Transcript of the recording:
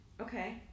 Okay